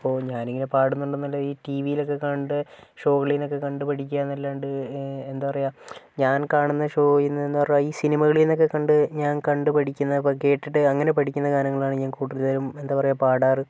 അപ്പോൾ ഞാനിങ്ങനെ പാടുന്നുണ്ടെന്നുണ്ടെങ്കിൽ ഈ ടീവിയിലൊക്കെ കണ്ട് ഷോകളീന്നൊക്കെ കണ്ടുപഠിക്കുകയെന്നല്ലാണ്ട് എന്താ പറയുക ഞാൻ കാണുന്ന ഷോയീന്നെന്ന് പറഞ്ഞാൽ ഈ സിനിമകളീന്നൊക്കെ കണ്ട് ഞാൻ കണ്ട് പഠിക്കുന്ന കേട്ടിട്ട് അങ്ങിനെ പഠിക്കുന്ന ഗാനങ്ങളാണ് ഞാൻ കൂടുതലും എന്താ പറയുക പാടാറ്